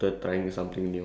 story card